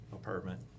Apartment